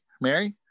Mary